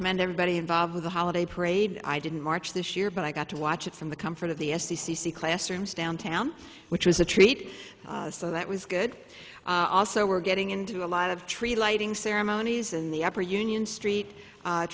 commend everybody involved with the holiday parade i didn't march this year but i got to watch it from the comfort of the s e c c classrooms downtown which was a treat so that was good also we're getting into a lot of tree lighting ceremony as in the upper union street